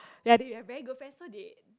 ya they they very good friend so they